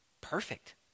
perfect